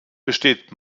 besteht